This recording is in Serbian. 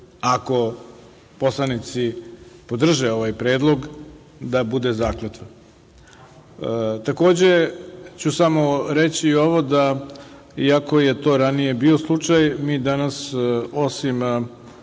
ako poslanici podrže ovaj predlog, bude zakletva. Takođe ću samo reći i ovo da, iako je to ranije bio slučaj, mi danas, osim